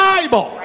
Bible